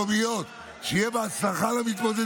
הייתה הצעה לגבי דיגיטציה של כל המערכת במשרד